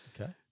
Okay